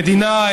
המדינה,